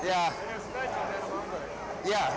yeah yeah